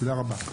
תודה רבה.